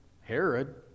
Herod